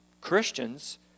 Christians